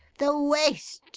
the waste,